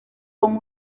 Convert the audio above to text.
con